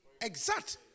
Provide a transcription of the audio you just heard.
Exact